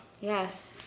Yes